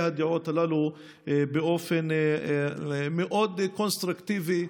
הדעות הללו באופן מאוד קונסטרוקטיבי,